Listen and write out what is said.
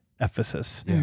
Ephesus